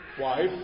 wife